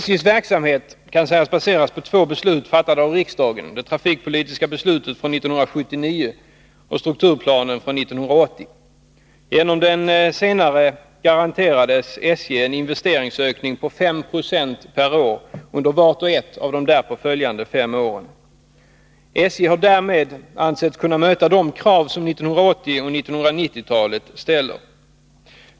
SJ:s verksamhet kan sägas baseras på två beslut fattade av riksdagen: det trafikpolitiska beslutet från 1979 och strukturplanen från 1980. Genom den senare garanterades SJ en investeringsökning på 5 26 per år under vart och ett av de därpå följande fem åren. SJ har därmed ansetts kunna möta de krav som 1980 och 1990-talen för med sig.